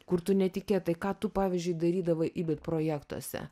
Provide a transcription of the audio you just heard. kur tu netikėtai ką tu pavyzdžiui darydavai ibit projektuose